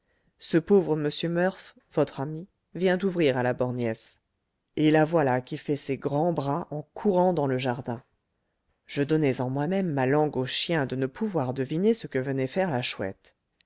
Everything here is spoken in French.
ce pauvre m murph votre ami vient ouvrir à la borgnesse et la voilà qui fait ses grands bras en courant dans le jardin je donnais en moi-même ma langue aux chiens de ne pouvoir deviner ce que venait faire la chouette